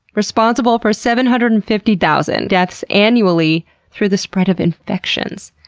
responsible for seven hundred and fifty thousand deaths annually through the spread of infections.